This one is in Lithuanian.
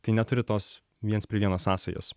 tai neturi tos viens prie vieno sąsajos